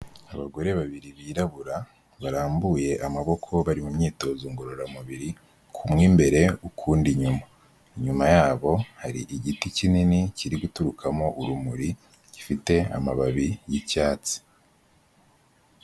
Abagore babiri birabura, barambuye amaboko bari mu myitozo ngororamubiri, kumwe imbere, ukundi inyuma. Inyuma yabo hari igiti kinini kiri guturukamo urumuri gifite amababi y'icyatsi.